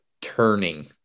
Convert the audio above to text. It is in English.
turning